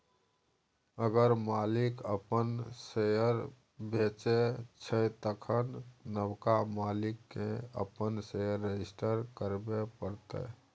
अगर मालिक अपन शेयर बेचै छै तखन नबका मालिक केँ अपन शेयर रजिस्टर करबे परतै